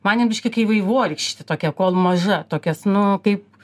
man ji biškį kai vaivorykštė tokia kol maža tokias nu kaip